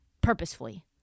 purposefully